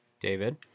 David